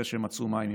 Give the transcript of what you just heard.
אחרי שהם מצאו מים,